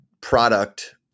product